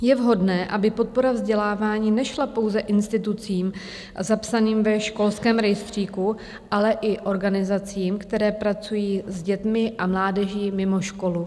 Je vhodné, aby podpora vzdělávání nešla pouze institucím zapsaným ve školském rejstříku, ale i organizacím, které pracují s dětmi a mládeží mimo školu.